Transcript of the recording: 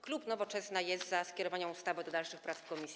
Klub Nowoczesna jest za skierowaniem ustawy do dalszych prac w komisji.